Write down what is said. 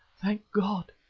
thank god!